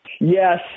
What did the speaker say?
Yes